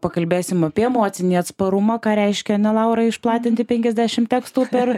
pakalbėsim apie emocinį atsparumą ką reiškia ane laura išplatinti penkiasdešim tekstų per